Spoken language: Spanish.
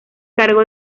cargo